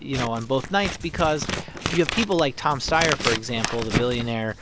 you know, on both nights because you have people like tom steyer, for example, the billionaire